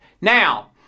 Now